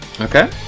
Okay